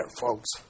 folks